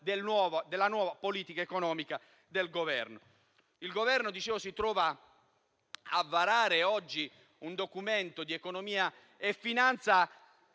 della nuova politica economica del Governo. Il Governo si trova a varare oggi un Documento di economia e finanza